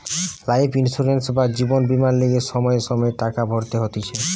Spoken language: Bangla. লাইফ ইন্সুরেন্স বা জীবন বীমার লিগে সময়ে সময়ে টাকা ভরতে হতিছে